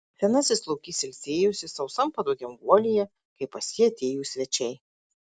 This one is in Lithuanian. senasis lokys ilsėjosi sausam patogiam guolyje kai pas jį atėjo svečiai